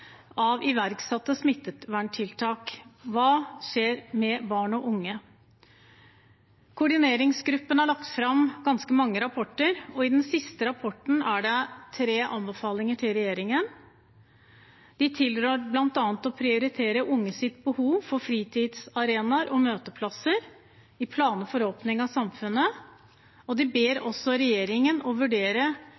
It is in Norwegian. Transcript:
av iverksatte smitteverntiltak. Hva skjer med barn og unge? Koordineringsgruppen har lagt fram ganske mange rapporter, og i den siste rapporten er det tre anbefalinger til regjeringen. De tilrår bl.a. å prioritere unges behov for fritidsarenaer og møteplasser i planer for åpning av samfunnet. De ber